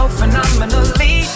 phenomenally